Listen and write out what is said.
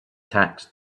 tax